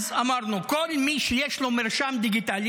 אז אמרנו: כל מי שיש לו מרשם דיגיטלי